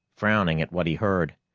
frowning at what he heard.